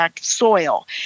soil